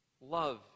Love